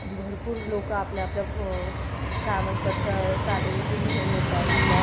भरपूर लोक आपल्या आपल्या गावांकडच्या चालीरीती घेऊन येतात आपल्या